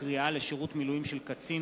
קריאה לשירות מילואים של קצין,